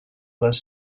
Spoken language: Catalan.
les